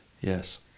Yes